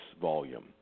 volume